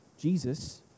Jesus